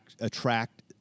attract